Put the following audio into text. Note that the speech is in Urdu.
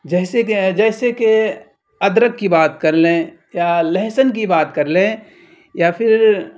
جیسے جیسے کہ ادرک کی بات کر لیں یا لہسن کی بات کر لیں یا پھر